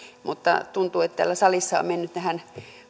mutta tuntuu että täällä salissa on menty tähän